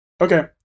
Okay